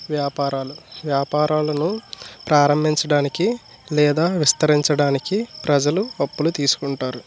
వ్యాపారాలు వ్యాపారాలను ప్రారంభించడానికి లేదా విస్తరించడానికి ప్రజలు అప్పులు తీసుకుంటారు